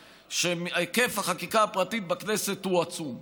שהיקף החקיקה הפרטית בכנסת הוא עצום.